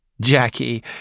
Jackie